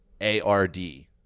A-R-D